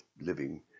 living